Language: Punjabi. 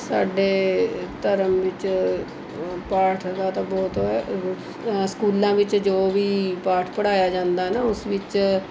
ਸਾਡੇ ਧਰਮ ਵਿੱਚ ਪਾਠ ਦਾ ਤਾਂ ਬਹੁਤ ਸਕੂਲਾਂ ਵਿੱਚ ਜੋ ਵੀ ਪਾਠ ਪੜ੍ਹਾਇਆ ਜਾਂਦਾ ਨਾ ਉਸ ਵਿੱਚ